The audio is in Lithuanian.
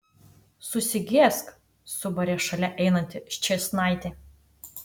susigėsk subarė šalia einanti ščėsnaitė